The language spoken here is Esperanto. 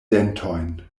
dentojn